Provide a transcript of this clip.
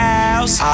house